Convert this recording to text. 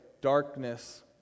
darkness